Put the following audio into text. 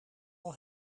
wel